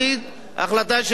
החלטה של המל"ג?